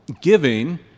giving